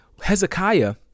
hezekiah